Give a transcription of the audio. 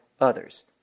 others